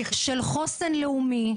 חוסן לאומי,